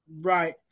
Right